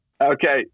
Okay